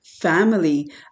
family